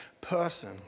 person